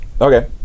Okay